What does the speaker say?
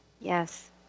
Yes